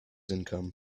income